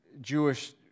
Jewish